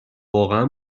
واقعا